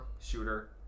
shooter